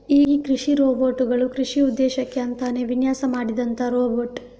ಈ ಕೃಷಿ ರೋಬೋಟ್ ಗಳು ಕೃಷಿ ಉದ್ದೇಶಕ್ಕೆ ಅಂತಾನೇ ವಿನ್ಯಾಸ ಮಾಡಿದಂತ ರೋಬೋಟ್